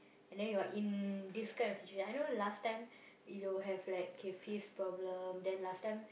and then you are in this kind of situation I know last time you will have like K face problem then last time